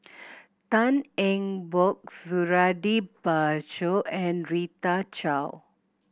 Tan Eng Bock Suradi Parjo and Rita Chao